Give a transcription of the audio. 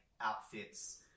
outfits